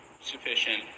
sufficient